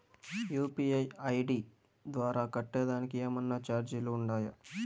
UPI ID ద్వారా కట్టేదానికి ఏమన్నా చార్జీలు ఉండాయా?